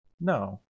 No